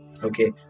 Okay